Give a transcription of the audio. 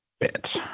bit